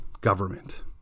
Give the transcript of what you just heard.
government